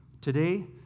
Today